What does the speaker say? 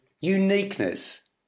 uniqueness